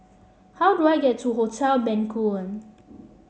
how do I get to Hotel Bencoolen